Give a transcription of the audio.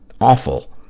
Awful